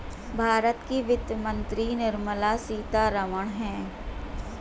भारत की वित्त मंत्री निर्मला सीतारमण है